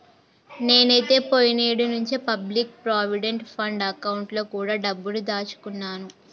నేనైతే పోయిన ఏడు నుంచే పబ్లిక్ ప్రావిడెంట్ ఫండ్ అకౌంట్ లో కూడా డబ్బుని దాచుకున్నాను